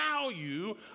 value